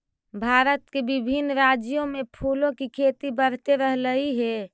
भारत के विभिन्न राज्यों में फूलों की खेती बढ़ते रहलइ हे